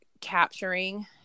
capturing